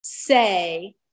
say